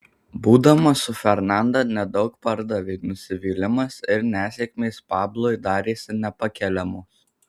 būdamas su fernanda nedaug pardavė nusivylimas ir nesėkmės pablui darėsi nepakeliamos